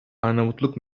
arnavutluk